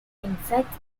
insects